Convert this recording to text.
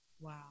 Wow